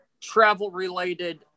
travel-related